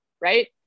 Right